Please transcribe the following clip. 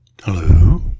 Hello